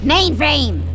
Mainframe